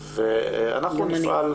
גם אני.